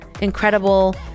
incredible